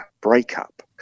breakup